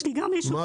יש לי גם איזה